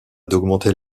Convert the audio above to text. d’augmenter